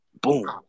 Boom